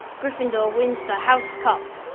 gryffindor wins the house cup.